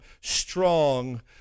strong